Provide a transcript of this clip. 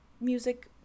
music